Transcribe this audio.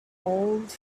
old